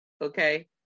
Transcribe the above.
Okay